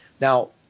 Now